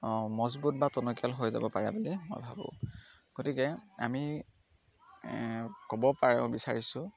মজবুত বা টনকীয়াল হৈ যাব পাৰে বুলি মই ভাবোঁ গতিকে আমি ক'ব পাৰোঁ বিচাৰিছোঁ